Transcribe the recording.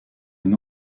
une